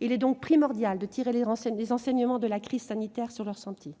Il est donc primordial de tirer les enseignements de la crise sanitaire sur leur santé.